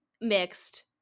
mixed